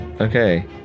Okay